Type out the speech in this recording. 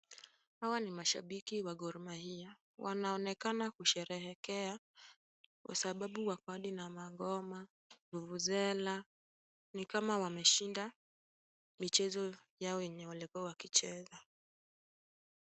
Hawa ni mashabiki wa Gor Mahia. Wanaonekana kusherehekea kwa sababu wako hadi na mangoma, vuvuzela, ni kama wameshinda michezo yao yenye walikuwa wakicheza.